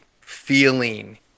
feeling